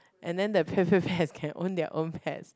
and then the Petpetpet can own their own pets